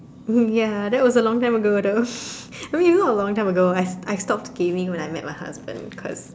ya that was a long time ago though I mean not a long time ago I I stopped gaming when I met my husband cause